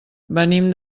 venim